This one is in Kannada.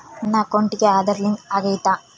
ನನ್ನ ಅಕೌಂಟಿಗೆ ಆಧಾರ್ ಲಿಂಕ್ ಆಗೈತಾ?